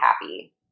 happy